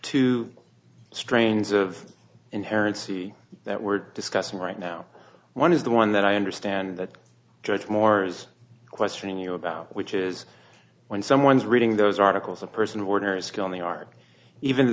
two strains of inherent see that we're discussing right now one is the one that i understand that judge moore is questioning you about which is when someone is reading those articles a person of ordinary skill in the art even